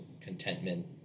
contentment